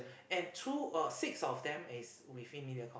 and two uh six of them is within Mediacorp